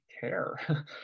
care